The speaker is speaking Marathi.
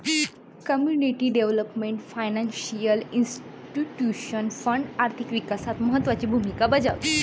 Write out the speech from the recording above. community development financial institution fund आर्थिक विकासात महत्त्वाची भूमिका बजावते